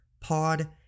Pod